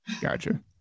Gotcha